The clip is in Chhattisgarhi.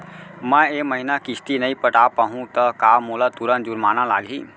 मैं ए महीना किस्ती नई पटा पाहू त का मोला तुरंत जुर्माना लागही?